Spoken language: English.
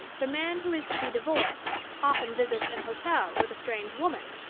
the man who is to be divorced often visits an hotel with a strange woman.